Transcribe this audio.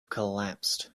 collapsed